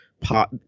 pot